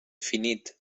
finit